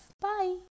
Bye